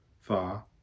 far